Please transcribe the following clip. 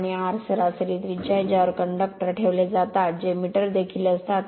आणि आर सरासरी त्रिज्या आहे ज्यावर कंडक्टर ठेवले जातात जे मीटर देखील असतात